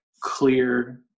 clear